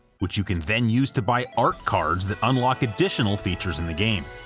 which you can then use to buy art cards that unlock additional features in the game.